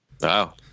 Wow